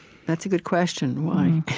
that's a good question. why?